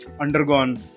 undergone